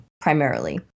primarily